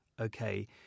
okay